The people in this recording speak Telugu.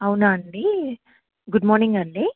అవునా అండి గుడ్ మార్నింగ్ అండి